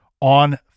On